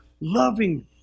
loving